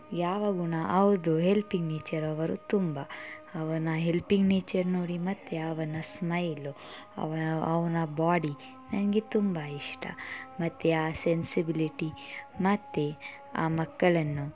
ಯಾವ ಗುಣ ಅವ್ರದ್ದು ಹೆಲ್ಪಿಂಗ್ ನೇಚರ್ ಅವರು ತುಂಬ ಅವನ ಹೆಲ್ಪಿಂಗ್ ನೇಚರ್ ನೋಡಿ ಮತ್ತು ಅವನ ಸ್ಮೈಲು ಅವ್ನ ಅವನ ಬಾಡಿ ನನಗೆ ತುಂಬ ಇಷ್ಟ ಮತ್ತು ಆ ಸೆನ್ಸಿಬಿಲಿಟಿ ಮತ್ತು ಆ ಮಕ್ಕಳನ್ನು